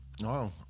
No